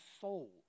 soul